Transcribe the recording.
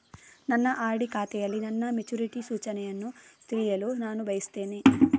ನನ್ನ ಆರ್.ಡಿ ಖಾತೆಯಲ್ಲಿ ನನ್ನ ಮೆಚುರಿಟಿ ಸೂಚನೆಯನ್ನು ತಿಳಿಯಲು ನಾನು ಬಯಸ್ತೆನೆ